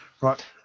right